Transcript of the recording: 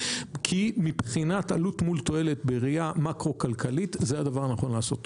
כי מבחינת עלות מול תועלת בראייה מקרו-כלכלית זה הדבר הנכון לעשות.